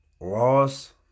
Loss